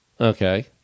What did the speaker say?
Okay